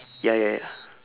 ya ya ya